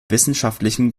wissenschaftlichen